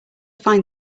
find